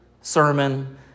sermon